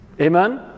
Amen